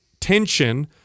tension